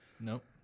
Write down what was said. Nope